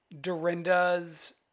Dorinda's